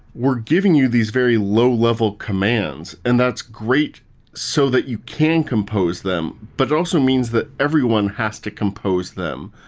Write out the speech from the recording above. we're giving you these very low level commands, and that's great so that you can compose them. but it also means that everyone has to compose them,